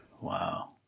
wow